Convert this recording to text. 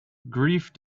grief